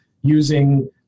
using